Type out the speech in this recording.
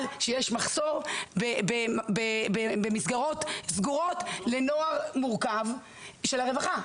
שיש מחסור במסגרות סגורות לנוער מורכב של הרווחה,